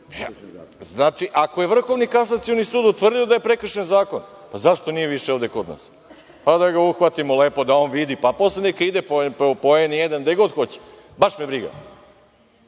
Znači, ako je Vrhovni kasacioni sud utvrdio da je prekršen zakon, zašto nije više ovde kod nas, da ga uhvatimo lepo, pa da on vidi, pa posle neka ide po N1, gde god hoće, baš me briga. Ali,